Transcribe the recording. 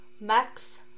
Max